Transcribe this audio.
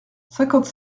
cinquante